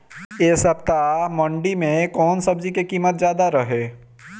एह सप्ताह मंडी में कउन सब्जी के कीमत ज्यादा रहे?